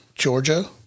Georgia